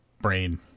brain